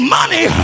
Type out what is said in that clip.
money